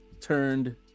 turned